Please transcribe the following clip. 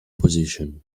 position